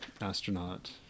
astronaut